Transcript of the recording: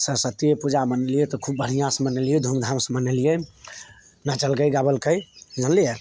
सरस्वतिए पूजा मनेलिए तऽ खूब बढ़िआँसे मनेलिए धूमधामसे से मनेलिए नाचलकै गाबलकै जानलिए